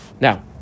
Now